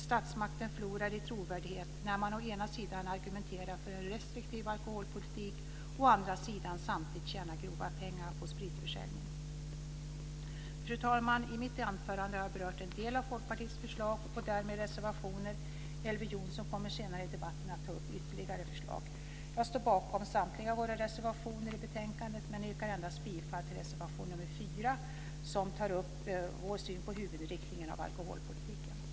Statsmakten förlorar i trovärdighet när man å ena sidan argumenterar för en restriktiv alkoholpolitik och å andra sidan samtidigt tjänar grova pengar på spritförsäljning. Fru talman! I mitt anförande har jag berört en del av Folkpartiets förslag och därmed reservationer. Elver Jonsson kommer senare i debatten att ta upp ytterligare förslag. Jag står bakom samtliga våra reservationer i betänkandet men yrkar bifall endast till reservation 4, som tar upp vår syn på huvudinriktningen av alkoholpolitiken.